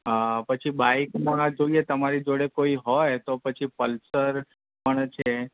અ પછી બાઈકમાં જોઈએ તમારી જોડે કોઈ હોય તો પછી પલ્સર પણ છે